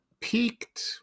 peaked